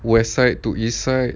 west side to east side